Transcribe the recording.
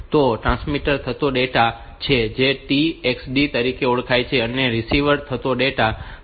તો આ ટ્રાન્સમિટ થતો ડેટા છે જે TX D તરીકે ઓળખાય છે અને આ રિસીવ થતો ડેટા છે